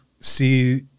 see